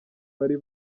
bari